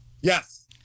Yes